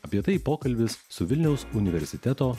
apie tai pokalbis su vilniaus universiteto